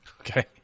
Okay